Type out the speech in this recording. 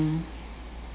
mm